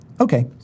Okay